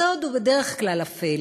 סוד הוא בדרך כלל אפל